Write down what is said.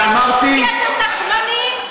ואמרתי, כי אתם, לא ענייניים.